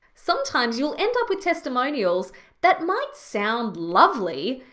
sometimes you'll end up with testimonials that might sound lovely,